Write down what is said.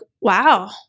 wow